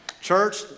Church